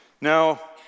Now